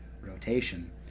rotation